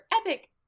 epic